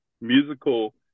musical